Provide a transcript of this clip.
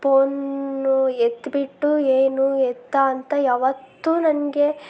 phone ಎತ್ತಿಬಿಟ್ಟು ಏನು ಎತ್ತಾ ಅಂತ ಯಾವತ್ತೂ ನನಗೆ